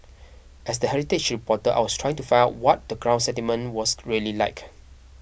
as the heritage reporter I was trying to find out what the ground sentiment was really like